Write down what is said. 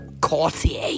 courtier